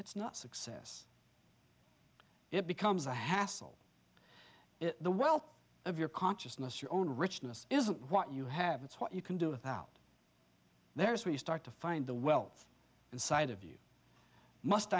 it's not success it becomes a hassle the wealth of your consciousness your own richness isn't what you have it's what you can do with out there is where you start to find the wealth inside of you must